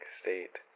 state